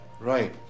Right